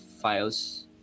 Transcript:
Files